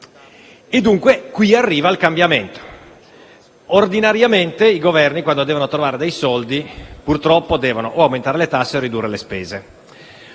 e, dunque, qui arriva il cambiamento. Ordinariamente, i Governi quando devono trovare dei soldi, purtroppo, devono aumentare le tasse o ridurre le spese,